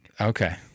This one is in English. Okay